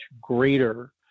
greater